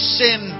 sin